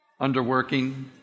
underworking